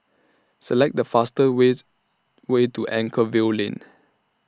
Select The fastest ways Way to Anchorvale Lane